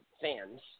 fans